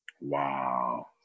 Wow